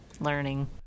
learning